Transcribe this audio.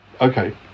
okay